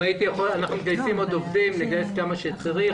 אנחנו מגייסים עוד עובדים ונגייס כמה שצריך.